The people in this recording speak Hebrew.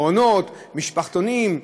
מעונות, משפחתונים.